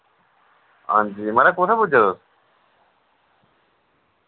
हांजी माराज कुत्थै पुज्जे तुस